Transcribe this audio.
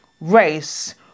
race